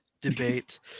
debate